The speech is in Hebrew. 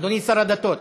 אדוני שר הדתות.